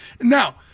Now